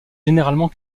généralement